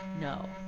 no